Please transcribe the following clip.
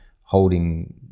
holding